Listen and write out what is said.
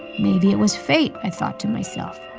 maybe it was fate, i thought to myself.